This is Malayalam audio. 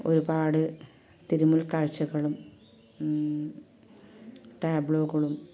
ഒരുപാട് തിരുമൂൽ കാഴ്ച്ചകളും ടാബ്ലോകളും